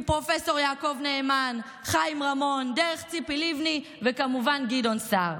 מפרופ' יעקב נאמן וחיים רמון דרך ציפי לבני וכמובן גדעון סער.